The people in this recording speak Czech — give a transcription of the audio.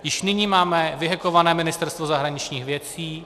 Již nyní máme vyhekované Ministerstvo zahraničních věcí.